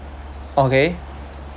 okay